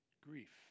grief